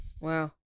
Wow